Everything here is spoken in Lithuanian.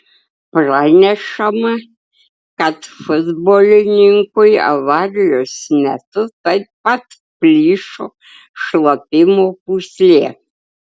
pranešama kad futbolininkui avarijos metu taip pat plyšo šlapimo pūslė